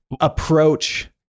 approach